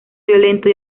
violento